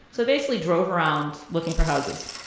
so basically drove around looking for houses.